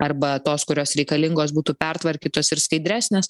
arba tos kurios reikalingos būtų pertvarkytos ir skaidresnės